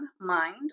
mind